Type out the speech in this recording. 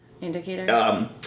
Indicator